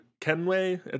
kenway